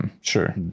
Sure